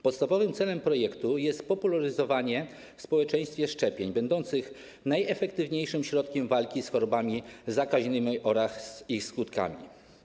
Podstawowym celem projektu jest spopularyzowanie w społeczeństwie szczepień będących najefektywniejszym środkiem walki z chorobami zakaźnymi oraz z ich skutkami.